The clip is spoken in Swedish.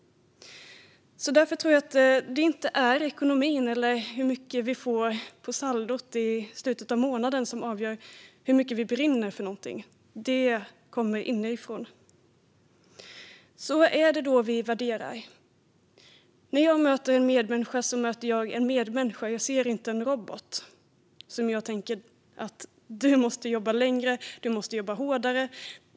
Därför tror jag att det inte är ekonomin eller hur mycket vi får på saldot i slutet av månaden som avgör hur mycket vi brinner för någonting. Det kommer inifrån. Vad är det då vi värderar? När jag möter en medmänniska möter jag en medmänniska. Det är inte så att jag ser en robot och tänker: Du måste jobba längre och hårdare.